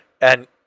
and-